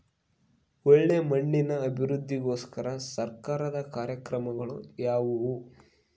ಒಳ್ಳೆ ಮಣ್ಣಿನ ಅಭಿವೃದ್ಧಿಗೋಸ್ಕರ ಸರ್ಕಾರದ ಕಾರ್ಯಕ್ರಮಗಳು ಯಾವುವು?